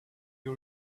you